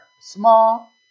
small